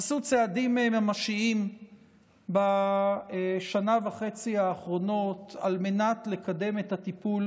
עשו צעדים ממשיים בשנה וחצי האחרונות כדי לקדם את הטיפול